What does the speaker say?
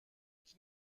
qui